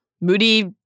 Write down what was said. Moody